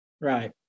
Right